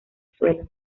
suelo